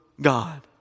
God